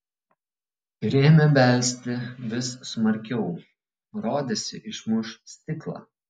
ir ėmė belsti vis smarkiau rodėsi išmuš stiklą